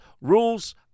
rules